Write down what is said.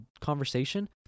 conversation